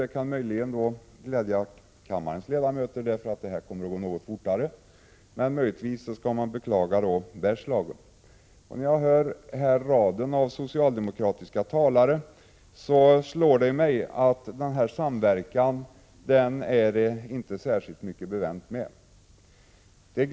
Det kan möjligen glädja kammarens ledamöter, eftersom debatten därigenom kommer att gå något fortare, men möjligtvis skall man beklaga Bergslagen. När jag lyssnar på raden av socialdemokratiska talare slår det mig att det inte är särskilt mycket bevänt med denna samverkan.